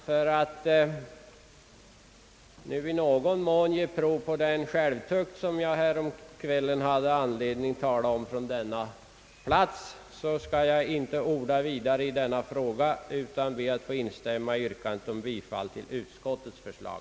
För att nu i någon mån ge prov på den självtukt, som jag häromkvällen hade anledning att tala om från denna plats, skall jag inte orda vidare i denna fråga utan ber att få instämma i yrkandet om bifall till utskottets förslag.